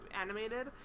animated